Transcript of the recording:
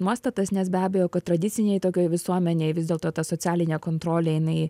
nuostatas nes be abejo kad tradicinėj tokioj visuomenėj vis dėlto ta socialinė kontrolė jinai